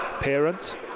Parents